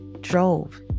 drove